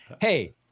hey